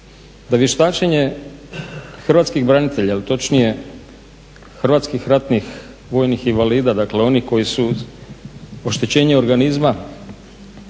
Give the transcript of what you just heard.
da vještačenje hrvatskih branitelja, točnije hrvatskih ratnih vojnih invalida, dakle onih koji su oštećenje organizma